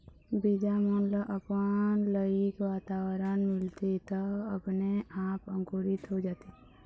बीजा मन ल अपन लइक वातावरन मिलथे त अपने आप अंकुरित हो जाथे